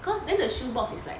cause then the shoe box is like